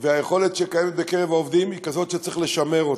והיכולת שקיימת בקרב העובדים היא כזאת שצריך לשמר אותה.